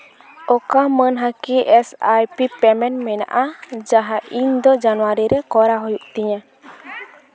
ᱚᱠᱟ ᱢᱟᱹᱱᱦᱟᱹᱠᱤᱭᱟ S I P payment ᱢᱮᱱᱟᱜᱼᱟ ᱡᱟᱦᱟᱸ ᱤᱧᱫᱚ ᱡᱟᱱᱩᱣᱟᱨᱤ ᱨᱮ ᱠᱚᱨᱟᱣ ᱦᱩᱭᱩᱜ ᱛᱤᱧᱟᱹ